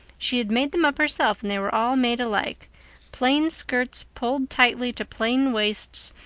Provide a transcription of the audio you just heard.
she had made them up herself, and they were all made alike plain skirts fulled tightly to plain waists,